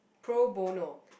pro bono